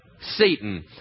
Satan